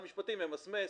יישאל.